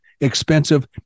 expensive